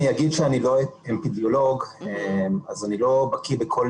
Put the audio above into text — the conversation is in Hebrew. אני אגיד שאני לא אפידמיולוג אז אני לא בקי בכל